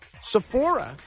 Sephora